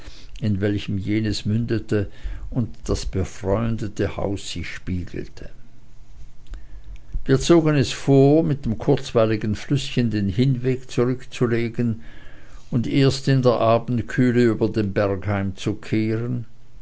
in welchem jenes mündete und das befreundete haus sich spiegelte wir zogen es vor mit dem kurzweiligen flüßchen den hinweg zurückzulegen und erst in der abendkühle über den berg